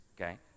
okay